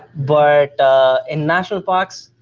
but in national parks,